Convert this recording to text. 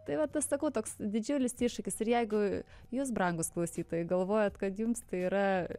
tai vat tas sakau toks didžiulis iššūkis ir jeigu jūs brangūs klausytojai galvojat kad jums tai yra